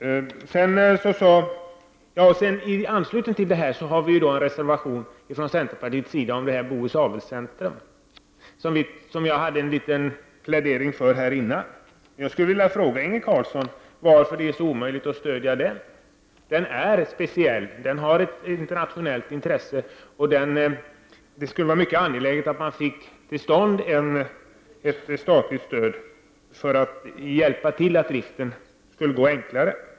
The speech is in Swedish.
I anslutning till detta har vi i centerpartiet en reservation om Bohus Avelscentrum. Jag gjorde tidigare en liten plädering för detta. Jag skulle vilja fråga Inge Carlsson varför det är så omöjligt att stödja den reservationen. Stiftelsen Bohus Avelscentrum är speciell. Den har ett internationellt intresse och det skulle vara mycket angeläget att få till stånd ett statligt stöd så att driften kunde bli enklare.